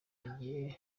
bagiye